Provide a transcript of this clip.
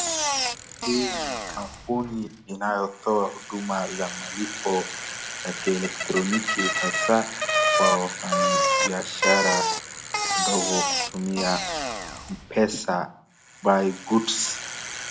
Hii ni kampuni inayotoa huduma za malipo ya kielektroniki hasa kwa wafanyibiashara wadogo kutumia pesa buy goods .